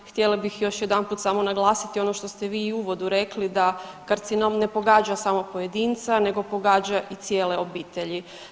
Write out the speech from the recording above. Htjela bih još jedanput samo naglasiti ono što ste vi i u uvodu rekli da karcinom ne pogađa samo pojedinca nego pogađa i cijele obitelji.